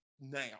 now